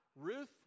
Ruth